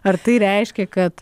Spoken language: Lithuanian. ar tai reiškia kad